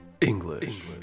English